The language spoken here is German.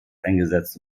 eingesetzt